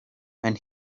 when